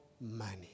money